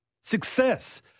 success